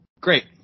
great